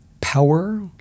power